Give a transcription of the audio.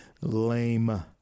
lame